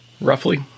roughly